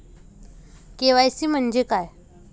KYC म्हंजे काय?